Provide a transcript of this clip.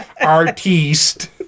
artiste